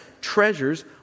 treasures